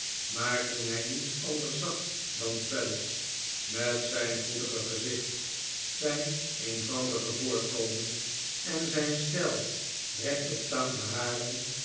maar toen hij niets anders zag dan traddles met zijn goedige gezicht zijn eenvoudige voorkomen en zijn steil rechtopstaande haren